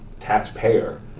taxpayer